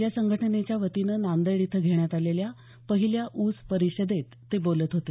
या संघटनेच्या वतीनं नांदेड इथं घेण्यात आलेल्या पहिल्या ऊस परिषदेत ते बोलत होते